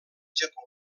japó